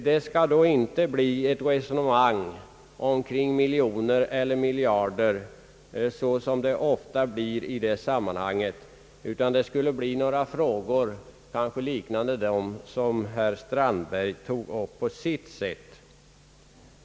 Det skall då inte bli ett resonemang omkring miljoner eller miljarder, såsom det ofta blir i det sammanhanget, utan jag skall beröra några frågor som kanske liknar dem herr Strandberg tog upp på sitt sätt.